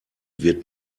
wird